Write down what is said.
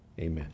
Amen